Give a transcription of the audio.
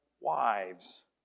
wives